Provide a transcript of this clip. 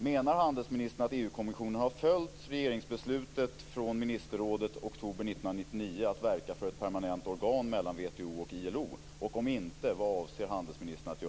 Menar handelsministern att EU-kommissionen har följt beslutet från ministerrådet oktober 1999 att verka för ett permanent organ mellan WTO och ILO?